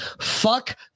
Fuck